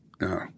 No